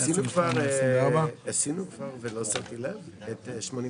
אם זאת חברת כוח אדם, אז פנית